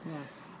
yes